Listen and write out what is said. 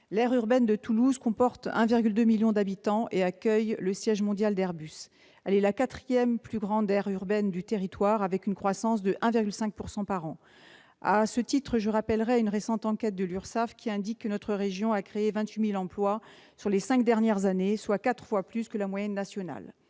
L'aire urbaine de Toulouse comporte 1,2 million d'habitants et accueille le siège mondial d'Airbus. Elle est la quatrième plus grande aire urbaine du territoire, avec une croissance de 1,5 % par an. À ce titre, je rappellerai une récente enquête de l'URSSAF qui montre que notre région a créé 28 000 emplois sur les cinq dernières années, soit quatre fois plus que la moyenne nationale.